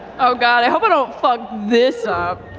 oh god, i hope i don't fuck this up.